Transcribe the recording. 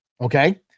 Okay